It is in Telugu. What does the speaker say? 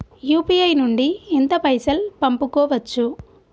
యూ.పీ.ఐ నుండి ఎంత పైసల్ పంపుకోవచ్చు?